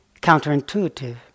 counterintuitive